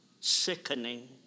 sickening